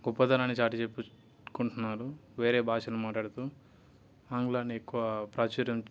గొప్పతనాన్ని చాటి చెప్పుకుంటున్నారు వేరే భాషను మాట్లాడుతూ ఆంగ్లాన్ని ఎక్కువ ప్రాచుర్యం